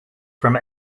from